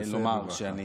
אני מסיים.